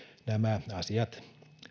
nämä asiat